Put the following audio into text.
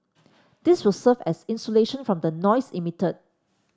this will serve as insulation from the noise emitted